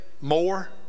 more